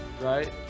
right